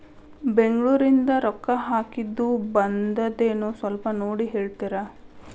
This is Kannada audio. ಬೆಂಗ್ಳೂರಿಂದ ರೊಕ್ಕ ಹಾಕ್ಕಿದ್ದು ಬಂದದೇನೊ ಸ್ವಲ್ಪ ನೋಡಿ ಹೇಳ್ತೇರ?